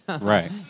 Right